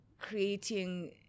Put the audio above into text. creating